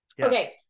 Okay